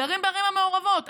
גרים בערים המעורבות,